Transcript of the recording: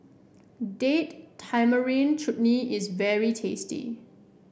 Date Tamarind Chutney is very tasty